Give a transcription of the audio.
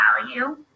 value